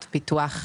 אני אקריא לך: